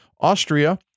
Austria